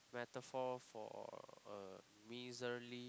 metaphor for a miserly